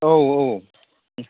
औ औ